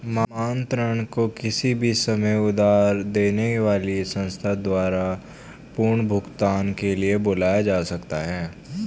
मांग ऋण को किसी भी समय उधार देने वाली संस्था द्वारा पुनर्भुगतान के लिए बुलाया जा सकता है